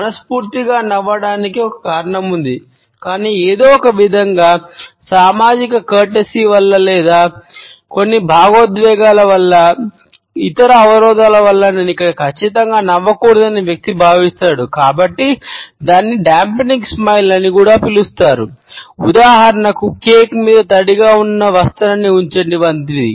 మనస్ఫూర్తిగా నవ్వటానికి ఒక కారణం ఉంది కానీ ఏదో ఒకవిధంగా సామాజిక కర్ట్సీ మీద తడిగా ఉన్న వస్త్రాన్ని ఉంచండి వంటిది